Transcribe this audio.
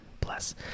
bless